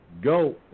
Go